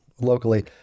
locally